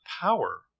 power